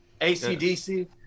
ACDC